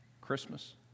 Christmas